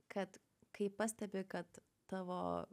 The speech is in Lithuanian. kad kai pastebi kad tavo